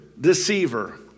deceiver